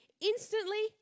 instantly